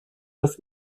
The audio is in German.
das